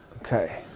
Okay